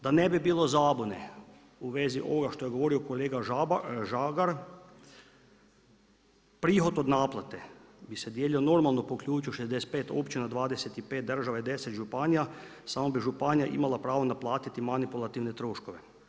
Da ne bi bilo zabune u vezi ovoga što je kolega Žagar prihod od naplate bi se dijelio normalno po ključu 65 općina, 25 država, 10 županija samo bi županija imala pravo naplatiti manipulativne troškove.